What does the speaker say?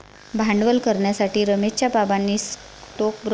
भांडवल करण्यासाठी रमेशच्या बाबांनी स्टोकब्रोकर कडून सल्ला घेतली आहे